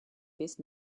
best